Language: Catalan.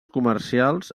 comercials